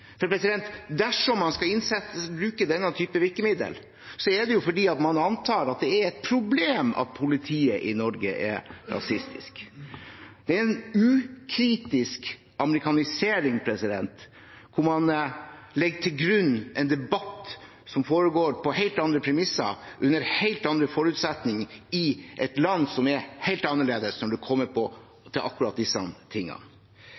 For dersom man skal bruke denne typen virkemiddel, er det fordi man antar at det er et problem, og at politiet i Norge er rasistisk. Det er en ukritisk amerikanisering, hvor man legger til grunn en debatt som foregår på helt andre premisser, under helt andre forutsetninger, i et land som er helt annerledes når det